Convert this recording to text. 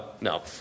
no